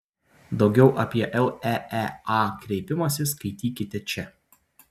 daugiau apie leea kreipimąsi skaitykite čia